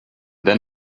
they